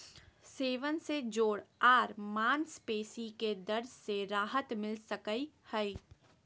सेवन से जोड़ आर मांसपेशी के दर्द से राहत मिल सकई हई